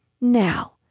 Now